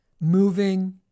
moving